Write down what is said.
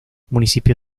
municipio